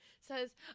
says